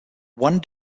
one